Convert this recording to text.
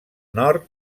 nord